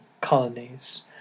colonies